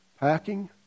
packing